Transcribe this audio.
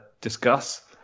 discuss